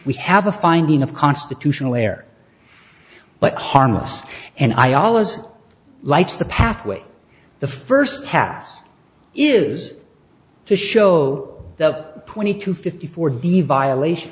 we have a finding of constitutional air but harmless and i alos like the pathway the first pass is to show the twenty to fifty for the violation